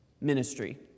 ministry